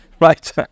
Right